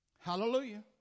Hallelujah